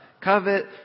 Covet